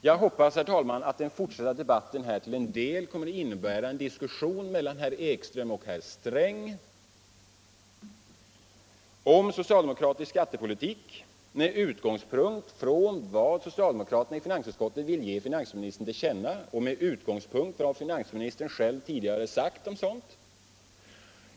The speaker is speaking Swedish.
Jag hoppas, herr talman, att den fortsatta debatten till en del kommer att innebära en diskussion mellan herr Ekström och herr Sträng om socialdemokratisk skattepolitik med utgångspunkt i vad socialdemokraterna i finansutskottet vill ge finansministern till känna och med utgångspunkt i vad finansministern själv tidigare sagt om detta.